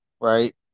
Right